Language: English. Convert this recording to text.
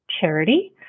charity